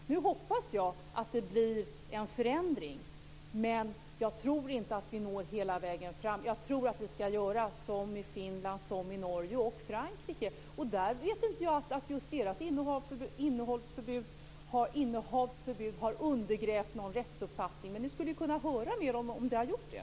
Jag hoppas nu att det blir en förändring, men jag tror inte att vi når hela vägen fram. Jag tror att vi ska göra som i Finland, Norge och Frankrike. Jag vet inte om deras innehavsförbud har undergrävt rättsuppfattningen, men ni skulle kunna höra med dem om det har gjort det.